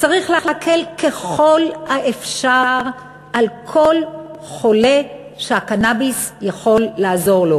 צריך להקל ככל האפשר על כל חולה שהקנאביס יכול לעזור לו,